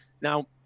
now